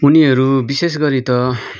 उनीहरू विशेष गरी त